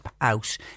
out